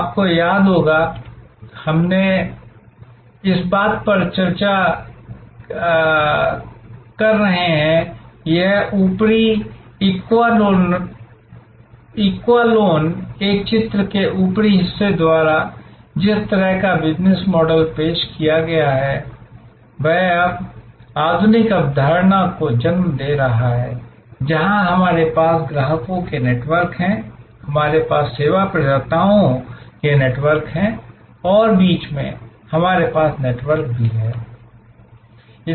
आपको याद होगा कि हम इस बात पर चर्चा कर रहे हैं कि यह ऊपरी ईक्वालोन इस चित्र के ऊपरी हिस्से द्वारा जिस तरह का बिज़नेस मॉडल पेश किया गया है वह अब आधुनिक अवधारणा को जन्म दे रहा है जहाँ हमारे पास ग्राहकों के नेटवर्क हैं हमारे पास सेवा प्रदाताओं के नेटवर्क हैं और बीच में हमारे पास नेटवर्क भी है